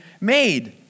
made